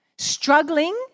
struggling